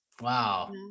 wow